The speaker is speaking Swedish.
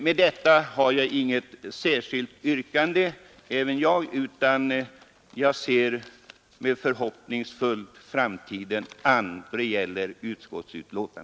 Inte heller jag har något yrkande, utan med tanke på utskottets skrivning ser jag förhoppningsfullt framtiden an.